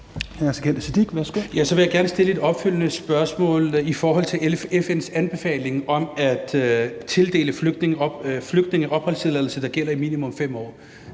Så vil jeg gerne stille et opfølgende spørgsmål i forhold til FN's anbefaling om at tildele flygtninge opholdstilladelse, der gælder i minimum 5 år.